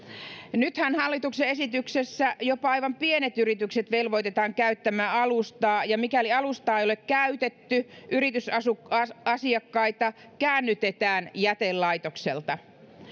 nythän hallituksen esityksessä jopa aivan pienet yritykset velvoitetaan käyttämään alustaa ja mikäli alustaa ei ole käytetty yritysasiakkaita käännytetään jätelaitokselta